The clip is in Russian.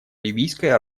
ливийской